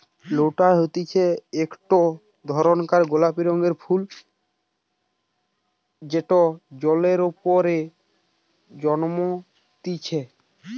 lotus হতিছে একটো ধরণকার গোলাপি রঙের ফুল যেটা জলের ওপরে জন্মতিচ্ছে